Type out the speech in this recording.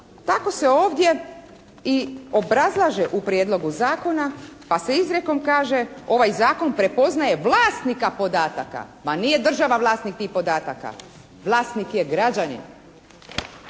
tako se ovdje i obrazlaže u Prijedlogu zakona pa se izrijekom kaže: «Ovaj zakon prepoznaje vlasnika podataka.» Pa nije država vlasnik tih podataka. Vlasnik je građanin.